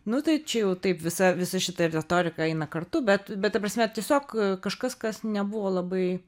nu tai čia jau taip visa visa šita retorika eina kartu bet bet ta prasme tiesiog kažkas kas nebuvo labai